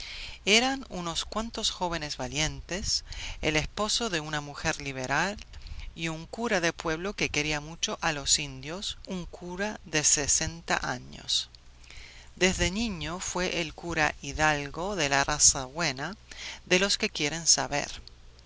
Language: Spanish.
eran unos cuantos jóvenes valientes el esposo de una mujer liberal y un cura de pueblo que quería mucho a los indios un cura de sesenta años desde niño fue el cura hidalgo de la raza buena de los que quieren saber